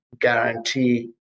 guarantee